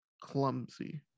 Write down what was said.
clumsy